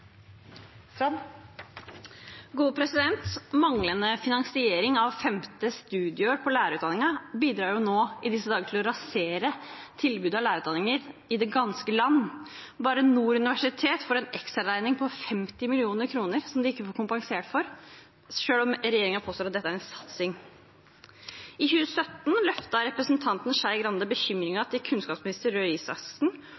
femte studieår på lærerutdanningen bidrar i disse dager til å rasere tilbudet av lærerutdanninger i det ganske land. Bare Nord universitet får en ekstraregning på 50 mill. kr som de ikke får kompensert for, selv om regjeringen påstår at dette er en satsing. I 2017 løftet representanten Skei Grande